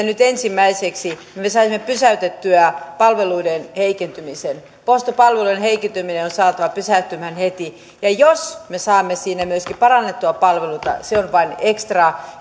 nyt ensimmäiseksi me me saisimme pysäytettyä palveluiden heikentymisen postipalveluiden heikentyminen on saatava pysähtymään heti jos me saamme myöskin parannettua palveluita se on vain ekstraa